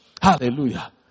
Hallelujah